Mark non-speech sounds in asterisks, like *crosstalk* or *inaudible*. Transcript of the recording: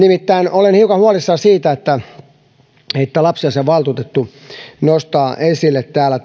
olen hiukan huolissani siitä että että lapsiasiainvaltuutettu nostaa esille täällä *unintelligible*